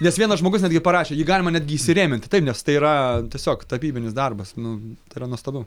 nes vienas žmogus netgi parašė jį galima netgi įsirėminti taip nes tai yra tiesiog tapybinis darbas nu tai yra nuostabu